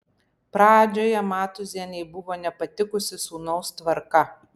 pradžioje matūzienei buvo nepatikusi sūnaus tvarka